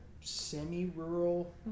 semi-rural